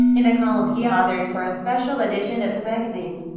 in a column he authored for a special edition of the magazine,